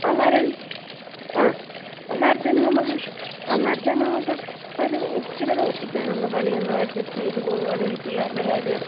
അന്നേരം ആ അന്നേരത്തേനു നമുക്ക് അന്നേരത്തേന് നമുക്ക് ഒരു ഇച്ചിരി ദിവസത്തേനൊന്ന് പണിയൊന്ന് അഡ്ജസ്റ്റ്യ്ത് പോകുകയാണെങ്കില് പിള്ളേരുടെ കാര്യം